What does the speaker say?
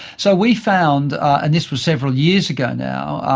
so we found, and this was several years ago now,